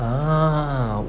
ah